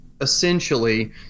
essentially